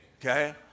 Okay